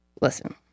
listen